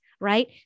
right